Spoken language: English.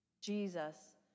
Jesus